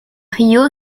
río